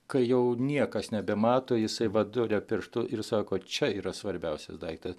kai jau niekas nebemato jisai va duria pirštu ir sako čia yra svarbiausias daiktas